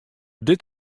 dit